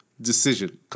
decision